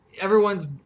Everyone's